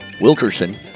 Wilkerson